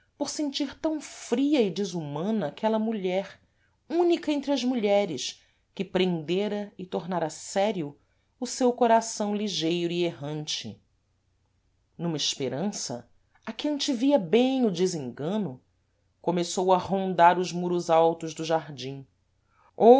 por sentir tam fria e desumana aquela mulher única entre as mulheres que prendera e tornara sério o seu coração ligeiro e errante numa esperança a que antevia bem o desengano começou a rondar os muros altos do